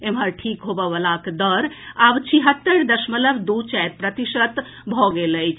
एम्हर ठीक होबयवलाक दर आब छिहत्तरि दशमलव दू चारि प्रतिशत भऽ गेल अछि